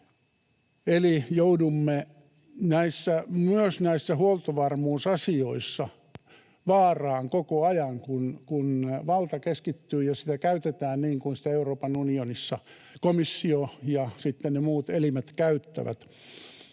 Eli joudumme myös näissä huoltovarmuusasioissa vaaraan koko ajan, kun valta keskittyy, jos sitä käytetään niin kuin sitä Euroopan unionissa komissio ja sitten ne muut elimet käyttävät.